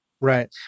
Right